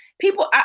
people